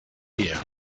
year